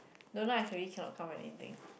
don't know I really cannot come up with anything